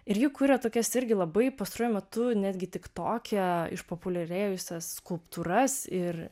ir ji kuria tokias irgi labai pastaruoju metu netgi tiktoke išpopuliarėjusias skulptūras ir